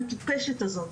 המטופשת הזאת,